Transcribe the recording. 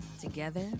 Together